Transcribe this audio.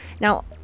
Now